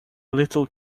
little